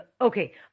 Okay